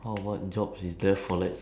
shrunk to the size of a